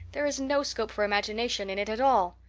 there is no scope for imagination in it at all.